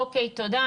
אוקיי, תודה.